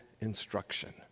instruction